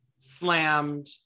slammed